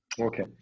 Okay